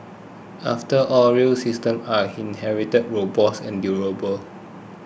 after all rail systems are inherently robust and durable